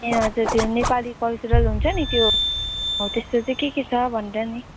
ए हजुर त्यो नेपाली कल्चरल हुन्छ नि त्यो हौ त्यस्तो चाहिँ के के छ भनेर नि